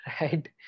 right